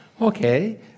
Okay